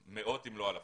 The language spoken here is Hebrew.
מאות, אם לא אלפים.